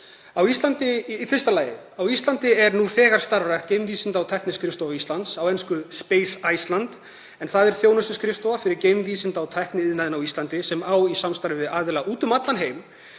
Í fyrsta lagi er á Íslandi nú þegar starfrækt Geimvísinda- og tækniskrifstofa Íslands, á ensku Space Iceland, en það er þjónustuskrifstofa fyrir geimvísinda- og tækniiðnaðinn á Íslandi sem á í samstarfi við aðila úti um allan heim